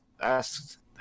asked